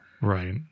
Right